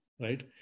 right